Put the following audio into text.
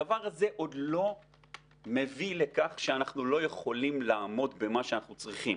הדבר הזה עוד לא מביא לכך שאנחנו לא יכולים לעמוד במה שאנחנו צריכים.